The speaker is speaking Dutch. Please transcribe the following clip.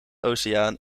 oceaan